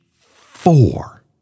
four